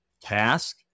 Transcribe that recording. task